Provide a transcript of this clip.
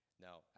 Now